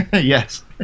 Yes